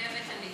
מתחייבת אני